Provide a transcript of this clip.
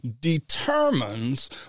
determines